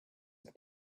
and